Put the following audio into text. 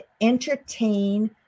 entertain